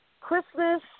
Christmas